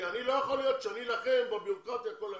לא יכול להיות שאני אלחם בבירוקרטיה כל היום.